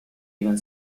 even